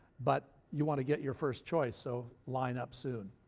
but you want to get your first choice, so line up soon.